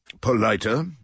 politer